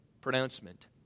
pronouncement